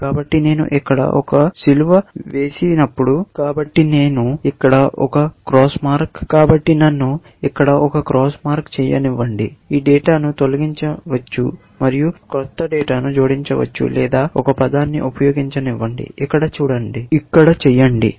కాబట్టి నేను ఇక్కడ ఒక క్రాస్ మార్క్ చేయనివ్వండి ఈ డేటాను తొలగించవచ్చు మరియు క్రొత్త డేటాను జోడించవచ్చు లేదా ఒక పదాన్ని ఉపయోగించనివ్వండి "ఇక్కడ చేయండి"